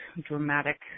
dramatic